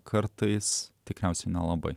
kartais tikriausiai nelabai